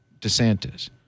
DeSantis